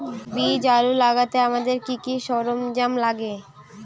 বীজ আলু লাগাতে আমাদের কি কি সরঞ্জাম লাগে?